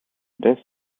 death